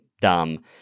dumb